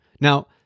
Now